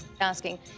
asking